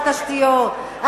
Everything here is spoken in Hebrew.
שר התשתיות,